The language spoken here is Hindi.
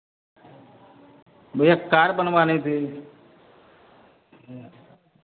भैया कार बनवानी थी